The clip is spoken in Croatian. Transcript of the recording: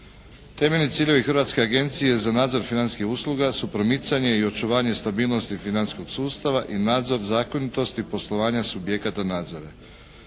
Temeljni ciljevi Hrvatske agencije za nadzor financijskih usluga su promicanje i očuvanje stabilnosti financijskog sustava i nadzor zakonitosti poslovanja subjekata nadzora.